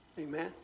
Amen